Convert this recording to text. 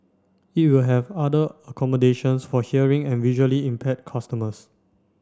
it will have other accommodations for hearing and visually impaired customers